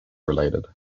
related